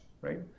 right